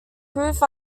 proved